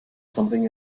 something